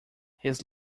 his